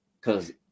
Cause